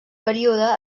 període